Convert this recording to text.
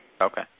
Okay